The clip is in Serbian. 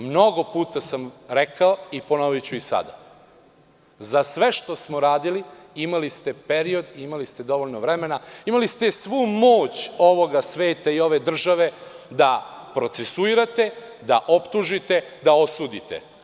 Mnogo puta sam rekao i ponoviću i sada – za sve što smo radili imali ste period, imali ste dovoljno vremena, imali ste svu moć ovoga sveta i ove države da procesuirate, da optužite, da osudite.